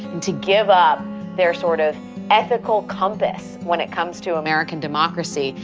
to give up their sort of ethical compass when it comes to american democracy.